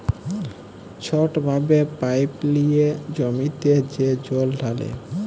ছট ভাবে পাইপ লিঁয়ে জমিতে যে জল ঢালে